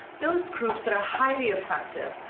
those groups that are highly effective,